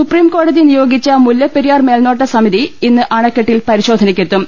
supreme കോടതി നിയോഗിച്ച മുല്ലപ്പെരിയാർ മേൽനോട്ട സമിതി ഇന്ന് അണക്കെട്ടിൽ പരിശോധനയ്ക്കെത്തും